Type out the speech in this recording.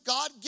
God